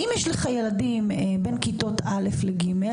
אם יש לך ילדים בין כיתות א' ל-ג',